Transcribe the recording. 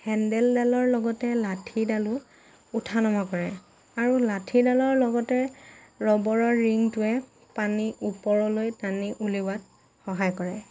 হেন্দেলডালৰ লগতে লাঠিডালো উঠা নমা কৰে আৰু লাঠিডালৰ লগতে ৰবৰৰ ৰিংটোৱে পানী ওপৰলৈ টানি উলিওৱাত সহায় কৰে